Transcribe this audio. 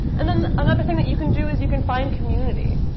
and then another thing that you can do is you can find community.